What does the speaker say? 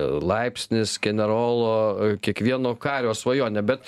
laipsnis generolo kiekvieno kario svajonė bet